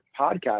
podcast